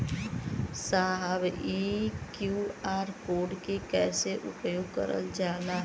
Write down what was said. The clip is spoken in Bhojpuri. साहब इ क्यू.आर कोड के कइसे उपयोग करल जाला?